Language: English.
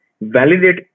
validate